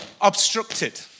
obstructed